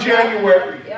January